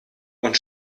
und